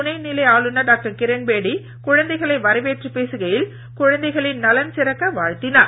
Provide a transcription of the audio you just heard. துணை நிலை ஆளுநர் டாக்டர் கிரண்பேடி குழந்தைகளை வரவேற்று பேசுகையில் குழந்தைகளின் நலன் சிறக்க வாழ்த்தினார்